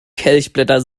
kelchblätter